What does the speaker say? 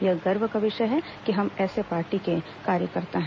यह गर्व का विषय है कि हम ऐसी पार्टी के कार्यकर्ता हैं